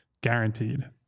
guaranteed